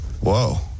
Whoa